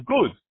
good